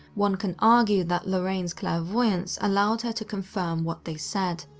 one can argue that lorraine's clairvoyance allowed her to confirm what they said.